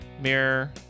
mirror